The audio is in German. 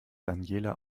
daniela